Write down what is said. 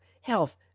health